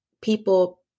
people